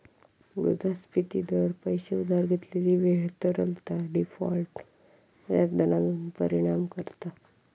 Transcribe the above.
मुद्रास्फिती दर, पैशे उधार घेतलेली वेळ, तरलता, डिफॉल्ट व्याज दरांवर परिणाम करता